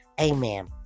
Amen